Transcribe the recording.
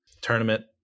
tournament